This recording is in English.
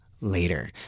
later